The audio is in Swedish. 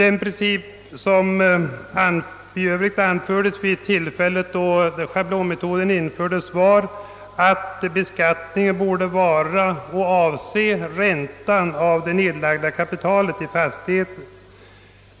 En princip som fastslogs vid införandet av schablonmetoden var att beskattningen borde avse räntan på det kapital som nedlagts i fastigheten.